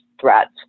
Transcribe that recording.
threats